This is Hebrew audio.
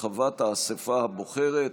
הרחבת האספה הבוחרת),